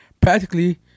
Practically